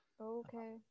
Okay